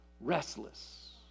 restless